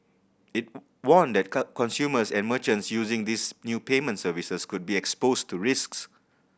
it warned that cut consumers and merchants using these new payment services could be exposed to risks